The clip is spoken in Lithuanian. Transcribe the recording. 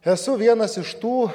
esu vienas iš tų